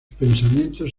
pensamientos